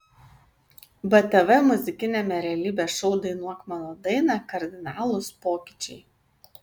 btv muzikiniame realybės šou dainuok mano dainą kardinalūs pokyčiai